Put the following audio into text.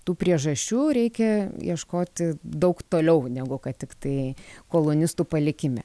tų priežasčių reikia ieškoti daug toliau negu kad tiktai kolonistų palikime